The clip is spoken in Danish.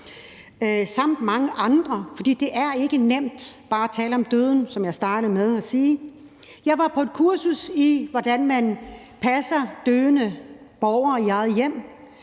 og mange andre, fordi det er bare ikke nemt at tale om døden, som jeg startede med at sige. Jeg var på et kursus i, hvordan man passer døende borgere i eget hjem,